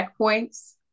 checkpoints